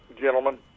gentlemen